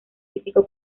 físico